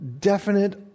definite